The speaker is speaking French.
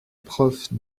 prof